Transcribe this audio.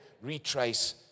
Retrace